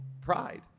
pride